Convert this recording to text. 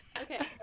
okay